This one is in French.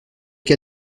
cas